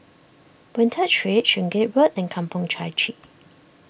Boon Tat Street Sungei Road and Kampong Chai Chee